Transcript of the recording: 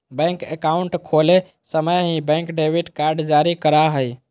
bank account खोले समय ही, बैंक डेबिट कार्ड जारी करा हइ